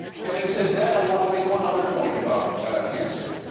having said that, i want to make one other point about cancer.